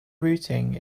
routing